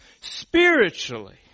Spiritually